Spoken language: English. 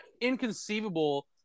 inconceivable